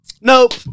Nope